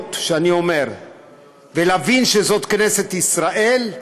האמירות שאני אומר ולהבין שזאת כנסת ישראל,